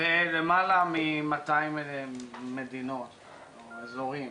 בלמעלה מ-200 מדינות או אזורים